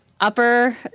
upper